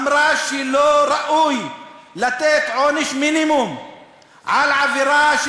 אמרה שלא ראוי לתת עונש מינימום על עבירה,